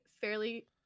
fairly